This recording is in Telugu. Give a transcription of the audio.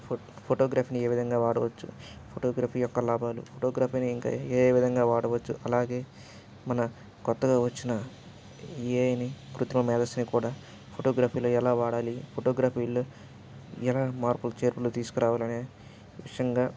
ఫొ ఫోటోగ్రఫీని ఏ విధంగా వాడవచ్చు ఫోటోగ్రఫీ యొక్క లాభాలు ఫోటోగ్రఫీని ఇంకా ఏఏ విధంగా వాడవచ్చు అలాగే మన కొత్తగా వచ్చిన ఏఐని కృత్రిమ మేదస్సుని కూడా ఫోటోగ్రఫీలో ఎలా వాడాలి ఫోటోగ్రఫీలో ఎలా మార్పులు చేర్పులు తీసుకురావాలి అనే విషయంగా